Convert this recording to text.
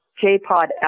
J-Pod